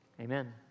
amen